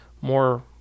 more